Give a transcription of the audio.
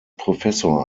professor